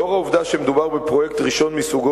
לאור העובדה שמדובר בפרויקט ראשון מסוגו